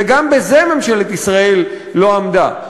וגם בזה ממשלת ישראל לא עמדה.